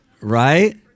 right